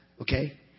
Okay